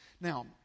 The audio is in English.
Now